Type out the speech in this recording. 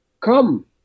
come